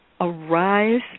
arise